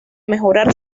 mejorar